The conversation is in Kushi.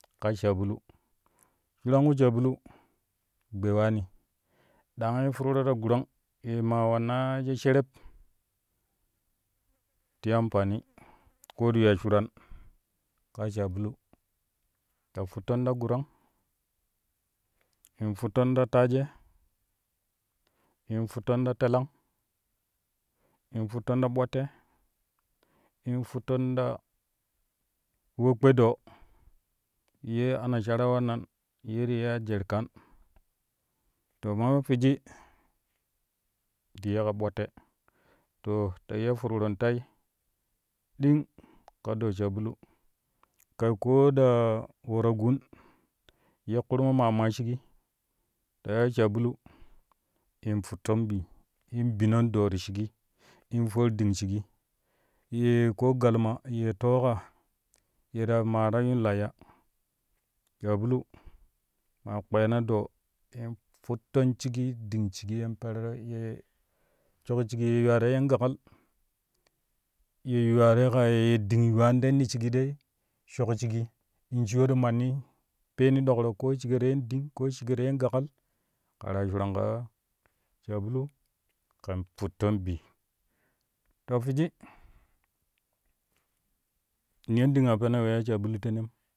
Ka sabulu shvran ku sabulu gbe waani dangi fuduro ta gurang ye maa wanna shi shereb ti ya amfani ko ti ya shuran ka sabulu ta futtin ta gurang in futton ta taajai in futton ta telang in futtonta bwatte in futton ta we kpe doo ye ansara wannan ye ti ye yaa jeka to ma fwiji ti yei ka bwatte to ka iya fuduron tai ding ka doo sabulu kai ko daa we-ta-gun ye ƙurmo maa amma shigi ta ya sabulu in futton bi in binon doo ti shigi in for ɗing shigi yee ko galma ye tooga ye ma ta yuun laiya sabulu maa kpeena doo in futton shigi ɗing shigi yein peroro ye shok shigi yuwaro yen gagal ye yuwaro kaya ɗing yuwanden ti shigi dai shok shigi in shiworo manni peni ɗokro ko shigoro yen ɗing ko shigoro yen gagal kɛ ta ya shuran ka sabulu kɛn futton bi to fwiji niyondong a peno wec ya sabulu tenem.